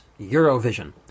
Eurovision